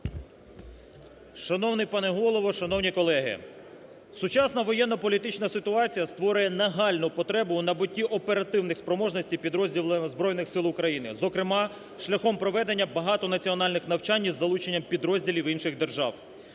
Шановний пане Голово! Шановні колеги! Сучасна воєнно-політична ситуація створює нагальну потребу у набутті оперативних спроможностей підрозділу Збройних Сил України, зокрема, шляхом проведення багатонаціональних навчань із залученням підрозділів інших держав.